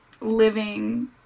living